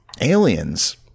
Aliens